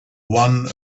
one